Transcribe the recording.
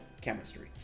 chemistry